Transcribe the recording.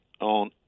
on